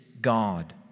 God